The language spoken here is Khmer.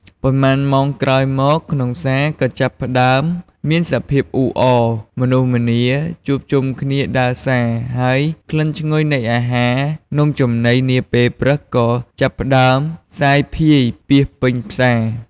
ប៉ុន្មានម៉ោងក្រោយមក ក្នុងផ្សារក៏ចាប់ផ្តើមមានសភាពអ៊ូអរ មនុស្សម្នាជួបជុំគ្នាដើរផ្សារ ហើយក្លិនឈ្ងុយនៃអាហារ នំចំណីនាពេលព្រឹកក៏ចាប់ផ្តើមសាយភាយពាសពេញផ្សារ។